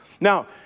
Now